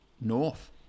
North